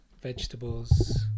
vegetables